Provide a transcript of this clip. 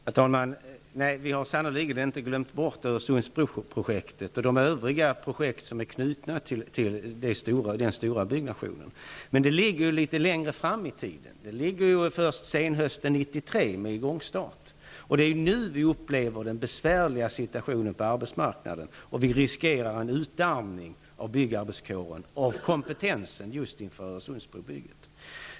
Herr talman! Vi har sannerligen inte glömt bort Öresundsbron och de övriga projekt som är knutna till den stora byggnationen. Men det ligger litet längre fram i tiden, med start först senhösten 1993. Det är nu vi upplever den besvärliga situationen på arbetsmarknaden, där vi riskerar en utarmning av byggarbetskåren, av den kompetens vi behöver just inför Öresundsbrobygget.